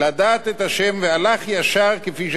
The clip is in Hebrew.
והלך ישר כפי שעשהו האלוקים,